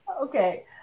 okay